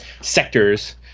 sectors